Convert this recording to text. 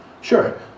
Sure